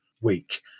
week